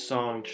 Song